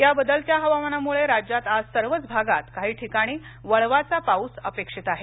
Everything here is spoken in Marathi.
या बदलत्या हवामानामुळे राज्यात आज सर्वच भागात काही ठिकाणी वळवाचा पाऊस अपेक्षित आहे